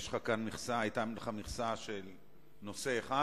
היתה לך מכסה של נושא אחד,